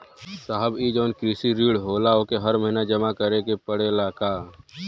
साहब ई जवन कृषि ऋण होला ओके हर महिना जमा करे के पणेला का?